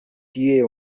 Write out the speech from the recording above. tie